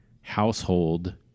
household